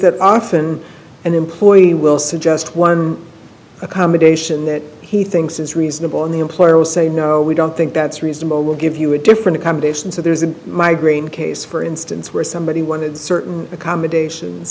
that often an employee will suggest one accommodation that he thinks is reasonable and the employer will say no we don't think that's reasonable we'll give you a different accommodation so there's a migraine case for instance where somebody wanted certain accommodations